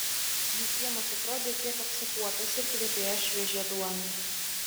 jų kiemas atrodė kiek apsikuopęs ir kvepėjo šviežia duona